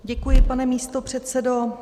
Děkuji, pane místopředsedo.